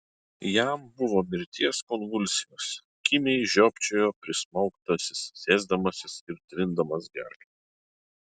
jam buvo mirties konvulsijos kimiai žiopčiojo prismaugtasis sėsdamasis ir trindamas gerklę